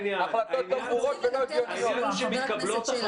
הגיינית, הקפידו על כל